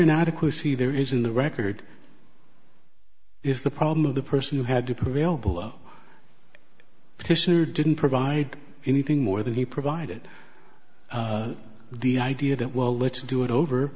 inadequacy there is in the record if the problem of the person who had to prevail below fisher didn't provide anything more than he provided the idea that well let's do it